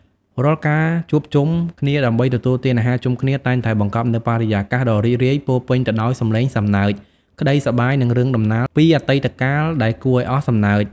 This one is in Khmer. រាល់ការជួបជុំគ្នាដើម្បីទទួលទានអាហារជុំគ្នា តែងតែបង្កប់នូវបរិយាកាសដ៏រីករាយពោរពេញទៅដោយសំឡេងសំណើច ក្ដីសប្បាយ និងរឿងដំណាលពីអតីតកាលដែលគួរឱ្យអស់សំណើច។